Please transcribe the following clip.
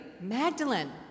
Magdalene